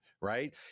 right